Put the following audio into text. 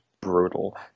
brutal